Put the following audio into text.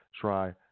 try